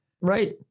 right